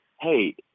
hey